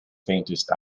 faintest